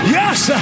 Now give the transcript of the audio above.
yes